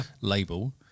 label